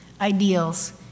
ideals